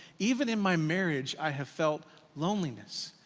even in my marriage, i have felt loneliness.